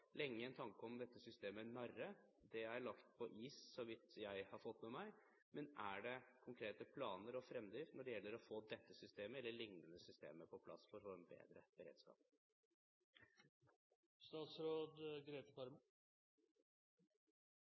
lenge en tanke om dette systemet NARRE. Det er lagt på is, så vidt jeg har fått med meg. Men er det konkrete planer og fremdrift når det gjelder å få dette systemet eller lignende systemer på plass for å få en bedre beredskap?